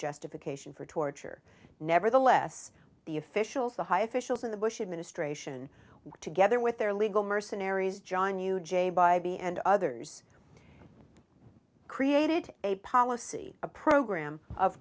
justification for torture nevertheless the officials the high officials in the bush administration were together with their legal mercenaries john yoo jay bybee and others created a policy a program of